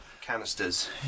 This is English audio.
canisters